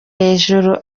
hejuru